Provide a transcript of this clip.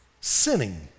Sinning